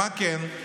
מה כן?